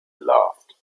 loved